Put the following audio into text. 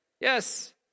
Yes